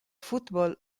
football